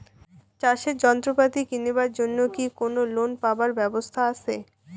চাষের যন্ত্রপাতি কিনিবার জন্য কি কোনো লোন পাবার ব্যবস্থা আসে?